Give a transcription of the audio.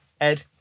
Ed